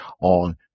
on